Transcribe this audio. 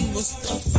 Mustafa